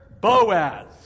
Boaz